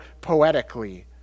poetically